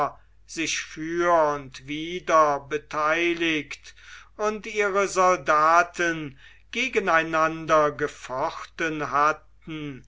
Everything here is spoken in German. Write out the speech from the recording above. sich für und wider beteiligt und ihre soldaten gegeneinander gefochten hatten